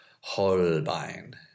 Holbein